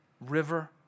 river